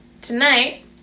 Tonight